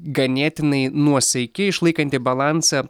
ganėtinai nuosaiki išlaikanti balansą